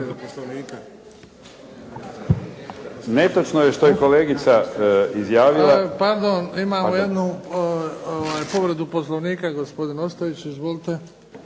Netočno je što je kolegica izjavila. **Bebić, Luka (HDZ)** Pardon. Imamo jednu povredu Poslovnika gospodin Ostojić. Izvolite.